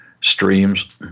streams